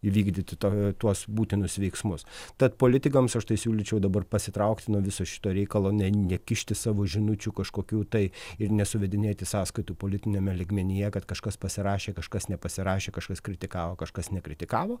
įvykdyti tuos būtinus veiksmus tad politikams aš tai siūlyčiau dabar pasitraukti nuo viso šito reikalo ne nekišti savo žinučių kažkokių tai ir nesuvedinėti sąskaitų politiniame lygmenyje kad kažkas pasirašė kažkas nepasirašė kažkas kritikavo kažkas nekritikavo